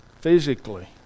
physically